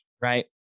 right